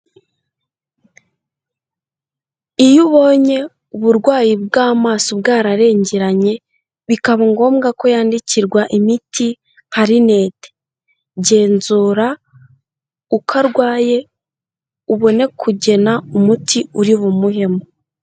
Iyo ubonye uburwayi bw'amaso bwararengeranye bikaba ngombwa ko yandikirwa imiti nka rinete, genzura uko arwaye ubone kugena umuti uri bumuhemo.